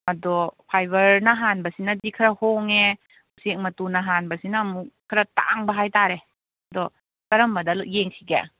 ꯑꯗꯣ ꯐꯥꯏꯕꯔꯅ ꯍꯥꯟꯕꯁꯤꯅꯗꯤ ꯈꯔ ꯍꯣꯡꯉꯦ ꯎꯆꯦꯛ ꯃꯇꯨꯅ ꯍꯥꯟꯕꯁꯤꯅ ꯑꯃꯨꯛ ꯈꯔ ꯇꯥꯡꯕ ꯍꯥꯏ ꯇꯥꯔꯦ ꯑꯗꯣ ꯀꯔꯝꯕꯗ ꯌꯦꯡꯁꯤꯒꯦ